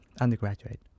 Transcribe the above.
undergraduate